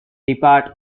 depart